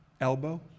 Elbow